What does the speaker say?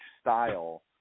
style